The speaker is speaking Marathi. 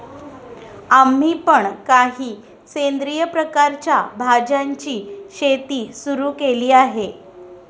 आम्ही पण काही सेंद्रिय प्रकारच्या भाज्यांची शेती सुरू केली आहे